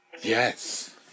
Yes